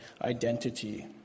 identity